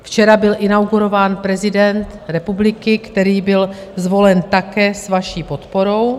Včera byl inaugurován prezident republiky, který byl zvolen také s vaší podporou.